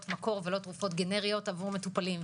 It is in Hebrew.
מקור ולא תרופות גנריות עבור מטופלים,